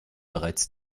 bereits